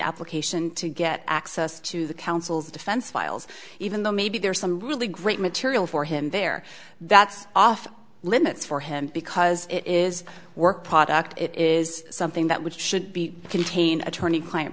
application to get access to the counsel's defense files even though maybe there are some really great material for him there that's off limits for him because it is work product it is something that which should be contained attorney client